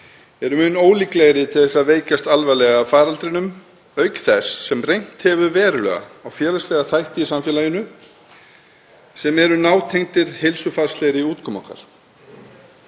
eru mun ólíklegri til að veikjast alvarlega af faraldrinum auk þess sem reynt hefur verulega á félagslega þætti í samfélaginu sem eru nátengdir heilsufarslegri útkomu okkar.